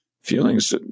Feelings